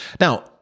Now